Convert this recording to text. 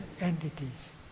entities